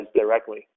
directly